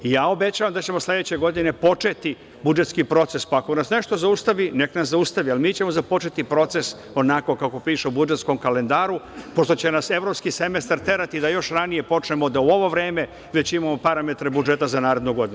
Ja obećavam da ćemo sledeće godine početi budžetski proces, pa ako nas nešto zaustavi, nek nas zaustavi, ali mi ćemo započeti proces onako kako piše u budžetskom kalendaru, pošto će nas evropski semestar terati da još ranije počnemo da u ovo vreme već imamo parametre budžeta za narednu godinu.